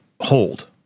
hold